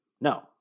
No